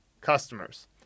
customers